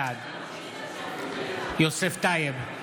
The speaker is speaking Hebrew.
בעד יוסף טייב,